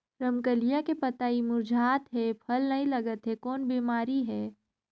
रमकलिया के पतई मुरझात हे फल नी लागत हे कौन बिमारी हे?